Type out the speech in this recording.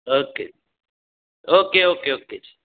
okay okay okay okay ਜੀ